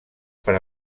per